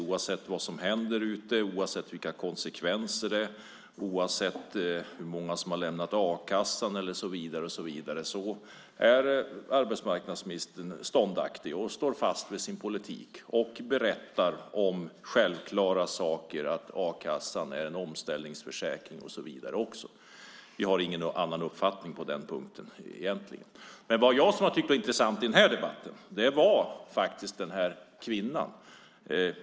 Oavsett vad som händer och oavsett vilka konsekvenser det får, hur många som lämnar a-kassan och så vidare, är arbetsmarknadsministern ståndaktig och står fast vid sin politik. Han berättar självklara saker, att a-kassan är en omställningsförsäkring och så vidare. Jag har ingen annan uppfattning på den punkten. Det jag tyckte var intressant i den här debatten var just den kvinna som det hela handlade om.